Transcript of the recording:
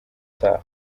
utaha